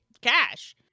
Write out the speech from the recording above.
cash